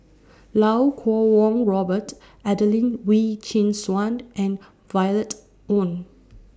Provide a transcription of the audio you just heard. Lau Kuo Kwong Robert Adelene Wee Chin Suan and Violet Oon